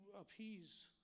appease